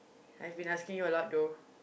I've been asking you a lot though